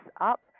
up